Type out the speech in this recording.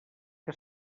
que